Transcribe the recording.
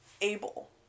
able